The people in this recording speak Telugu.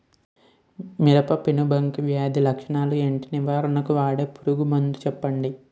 మిరప పెనుబంక వ్యాధి లక్షణాలు ఏంటి? నివారణకు వాడే పురుగు మందు చెప్పండీ?